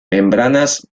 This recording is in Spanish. membranas